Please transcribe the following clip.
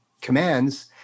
commands